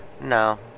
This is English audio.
No